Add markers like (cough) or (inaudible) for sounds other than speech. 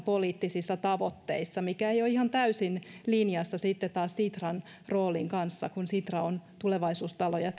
(unintelligible) poliittisissa tavoitteissa mikä ei ole ihan täysin linjassa sitten taas sitran roolin kanssa kun sitra on tulevaisuustalo ja (unintelligible)